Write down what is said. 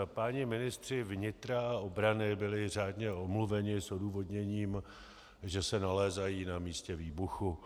Páni ministři vnitra a obrany byli řádně omluveni s odůvodněním, že se nalézají na místě výbuchu.